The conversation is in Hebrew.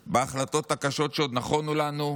בהחלטות הקשות שעוד נכונו לנו,